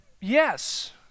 yes